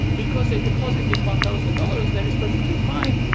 because i deposited one thousand dollars, that is perfectly fine,